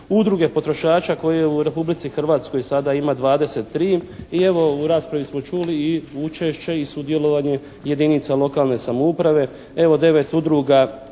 udruge potrošača kojih u Republici Hrvatskoj sada ima 23. I evo u raspravi smo čuli i učešće i sudjelovanje jedinica lokalne samouprave. Evo, 9 udruga